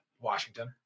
Washington